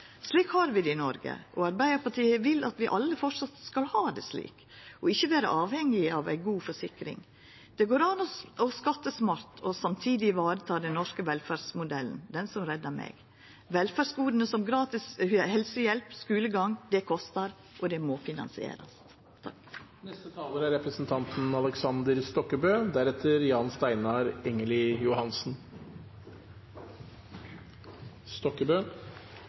Slik har vi det i Noreg, og Arbeidarpartiet vil at vi alle fortsatt skal ha det slik, og ikkje vera avhengige av ei god forsikring. Det går an å skatta smart og samtidig varetaka den norske velferdsmodellen, den som redda meg. Velferdsgoda, som gratis helsehjelp og skulegang, kostar, og det må finansierast.